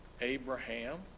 Abraham